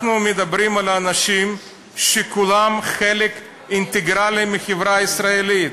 אנחנו מדברים על אנשים שכולם חלק אינטגרלי של החברה הישראלית,